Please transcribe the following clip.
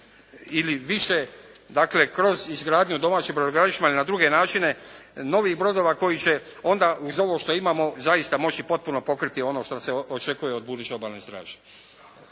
ili više dakle kroz izgradnju domaćeg brodogradilišta i na druge načine novih brodova koji će onda uz ovo što imamo zaista moći potpuno pokriti ono što se očekuje od buduće Obalne straže.